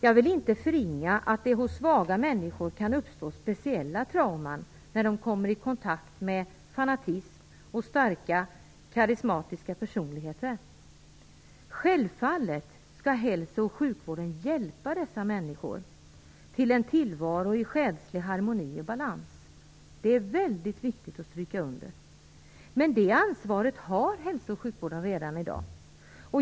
Jag vill inte förringa att det hos svaga människor kan uppstå speciella trauman när de kommer i kontakt med fanatism och starka karismatiska personligheter. Självfallet skall hälso och sjukvården hjälpa dessa människor till en tillvaro i själslig harmoni och balans - det är väldigt viktigt att stryka under detta - men det ansvaret har hälso och sjukvården redan i dag.